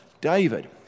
David